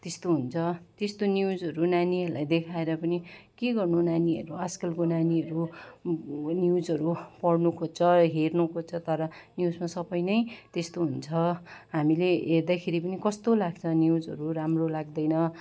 त्यस्तो हुन्छ त्यस्तो न्युजहरू नानीहरूलाई देखाएर पनि के गर्नु नानीहरू आजकलको नानीहरू न्युजहरू पढ्नु खोज्छ हेर्नु खोज्छ तर न्युजमा सबै नै त्यस्तो हुन्छ हामीले हेर्दाखेरि पनि कस्तो लाग्छ न्युजहरू राम्रो लाग्दैन